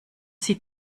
sieht